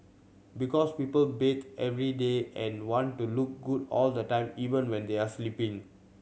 because people bath every day and want to look good all the time even when they are sleeping